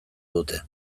dute